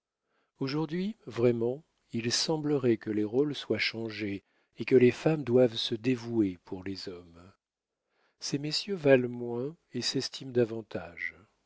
aujourd'hui vraiment il semblerait que les rôles soient changés et que les femmes doivent se dévouer pour les hommes ces messieurs valent moins et s'estiment davantage